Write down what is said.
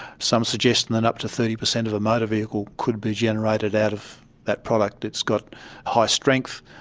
some suggest and that up to thirty percent of a motor vehicle could be generated out of that product. it's got high strength,